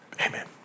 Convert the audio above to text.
amen